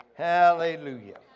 Hallelujah